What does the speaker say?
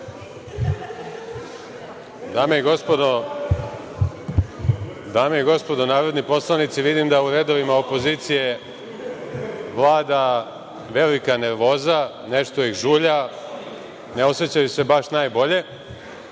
Dame i gospodo narodni poslanici, vidim da u redovima opozicije vlada velika nervoza, nešto ih žulja, ne osećaju se baš najbolje. Što